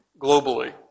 globally